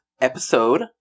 episode